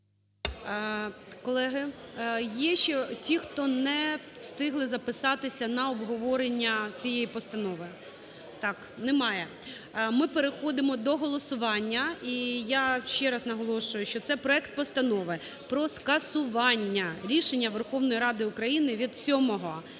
Колеги, є ще ті, хто не встигли записатися на обговорення цієї постанови? Немає. Ми переходимо до голосування, і я ще раз наголошую, що це проект Постанови про скасування рішення Верховної Ради України від 7 грудня